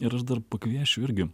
ir aš dar pakviesčiau irgi